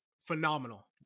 phenomenal